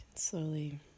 Slowly